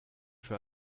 für